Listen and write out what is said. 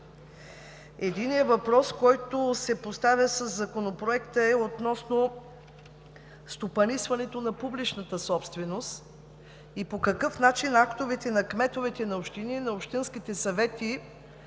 Единият въпрос, който се поставя със Законопроекта, е относно стопанисването на публичната собственост и по какъв начин актовете на кметовете на общини, на общинските съвети